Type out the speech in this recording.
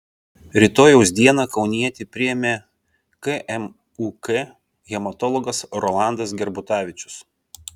rytojaus dieną kaunietį priėmė kmuk hematologas rolandas gerbutavičius